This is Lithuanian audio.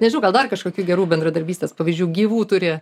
nežinau gal dar kažkokių gerų bendradarbystės pavyzdžių gyvų turi